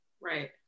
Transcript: Right